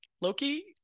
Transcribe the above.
Loki